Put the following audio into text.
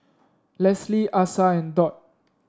Leslie Asa and Dot